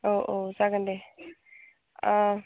औ औ जागोन दे